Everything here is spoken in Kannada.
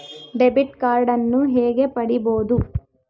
ಡೆಬಿಟ್ ಕಾರ್ಡನ್ನು ಹೇಗೆ ಪಡಿಬೋದು?